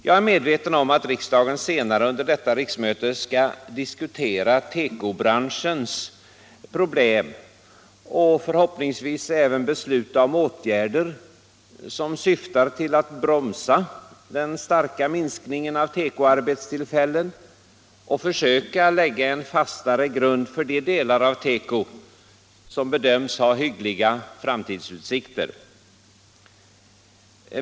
Jag är medveten om att riksdagen senare under detta riksmöte skall diskutera tekobranschens problem och förhoppningsvis då också besluta om åtgärder som syftar till att bromsa den starka minskningen av tekoarbetstillfällen samt försöka lägga en fastare grund för de delar av tekoindustrin som bedöms ha hyggliga framtidsutsikter.